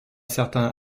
certain